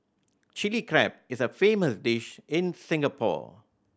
Chilli Crab is a famous dish in Singapore